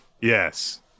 Yes